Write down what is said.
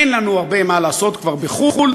אין לנו הרבה מה לעשות כבר בחוץ-לארץ,